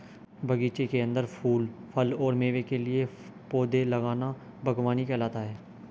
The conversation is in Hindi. बगीचे के अंदर फूल, फल और मेवे के लिए पौधे लगाना बगवानी कहलाता है